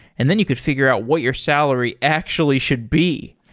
and then you could figure out what your salary actually should be.